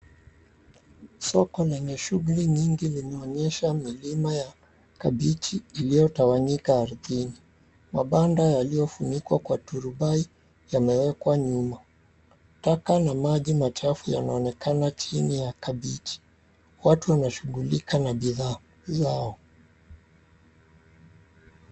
Soko lenye shughuli nyingi linaonyesha mlima ya kabichi iliyotawanyika ardhini, mabanda yaliyofunikwa Kwa turubai yamewekwa nyuma, taka na maji machafu yanaonekana chini ya kabichi. Watu wanashughulika na bidha zao.